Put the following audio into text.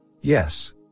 yes